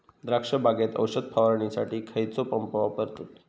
द्राक्ष बागेत औषध फवारणीसाठी खैयचो पंप वापरतत?